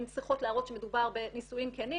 הן צריכות להראות שמדובר בנישואין כנים,